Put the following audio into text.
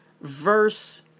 verse